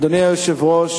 אדוני היושב-ראש,